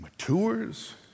matures